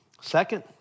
Second